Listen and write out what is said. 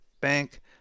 bank